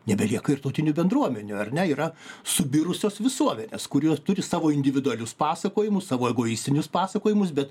nebelieka ir tautinių bendruomenių ar ne yra subirusios visuomenės kurie turi savo individualius pasakojimus savo egoistinius pasakojimus bet